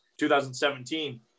2017